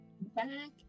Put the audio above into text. Back